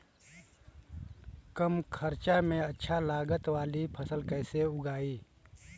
कम खर्चा में अच्छा लागत वाली फसल कैसे उगाई?